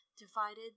divided